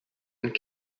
and